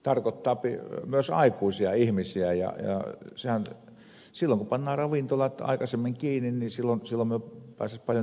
tarkoittaapi myös aikuisia ihmisiä ja silloin kun pannaan ravintolat aikaisemmin kiinni niin silloin me pääsisimme paljon terveempään ajatteluun